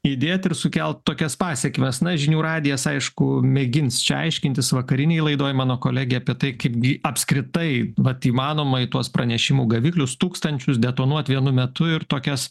įdėt ir sukelt tokias pasekmes na žinių radijas aišku mėgins čia aiškintis vakarinėj laidoj mano kolegė apie tai kaipgi apskritai vat įmanoma į tuos pranešimų gaviklius tūkstančius detonuot vienu metu ir tokias